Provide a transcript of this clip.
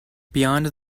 beyond